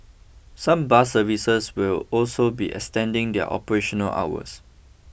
some bus services will also be extending their operational hours